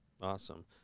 Awesome